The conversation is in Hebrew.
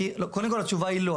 קודם כל התשובה היא לא.